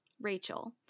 Rachel